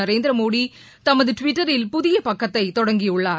நரேந்திரமோடி தமது டுவிட்டரில் புதிய பக்கத்தை தொடங்கியுள்ளார்